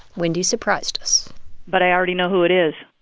wendy surprised us but i already know who it is.